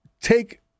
take